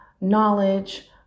knowledge